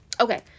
Okay